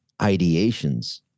ideations